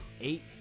eight